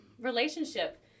relationship